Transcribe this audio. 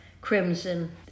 Crimson